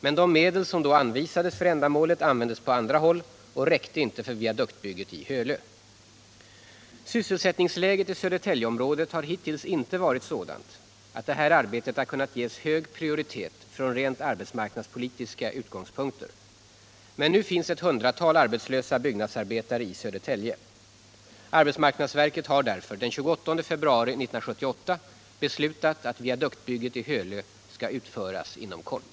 Men de medel som då anvisades för ändamålet användes på andra håll och räckte inte för viaduktbygget i Hölö. Sysselsättningsläget i Södertäljeområdet har hittills inte varit sådant att det här arbetet har kunnat ges hög prioritet från rent arbetsmarknadspolitiska utgångspunkter. Men nu finns ett hundratal arbetslösa byggnadsarbetare i Södertälje. AMS har därför den 28 februari 1978 beslutat att viaduktbygget i Hölö skall utföras inom kort.